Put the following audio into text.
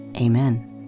Amen